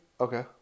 okay